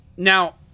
Now